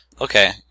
Okay